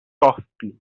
softly